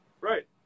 Right